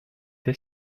est